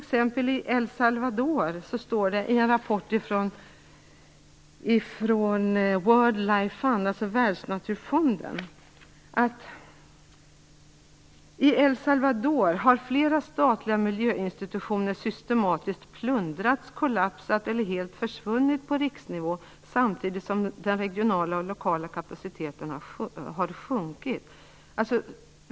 Om El Salvador står det t.ex. i en rapport från World Life Fund, dvs. Världsnaturfonden: I El Salvador har flera statliga miljöinstitutioner systematiskt plundrats, kollapsat eller helt försvunnit på riksnivå, samtidigt som den regionala och lokala kapaciteten har sjunkit.